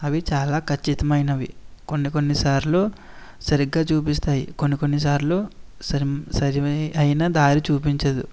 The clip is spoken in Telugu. అవి చాలా ఖచ్చితమైనవి కొన్నికొన్ని సార్లు సరిగ్గా చూపిస్తాయి కొన్నికొన్ని సార్లు సరి సరి అయిన దారి చూపించదు